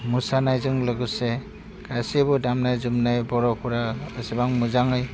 मोसानायजों लोगोसे गासिबो दामनाय जोमनाय बर'फोरा एसेबां मोजाङै